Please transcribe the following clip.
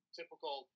typical